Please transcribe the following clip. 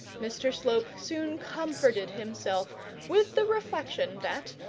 mr slope soon comforted himself with the reflection that,